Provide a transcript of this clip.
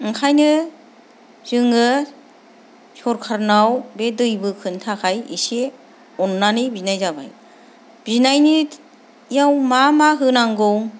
ओंखायनो जोङो सोरकारनाव बे दै बोखोनो थाखाय एसे अननानै बिनाय जाबाय बिनायाव मा मा होनांगौ